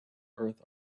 earth